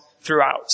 throughout